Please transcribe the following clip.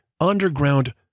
Underground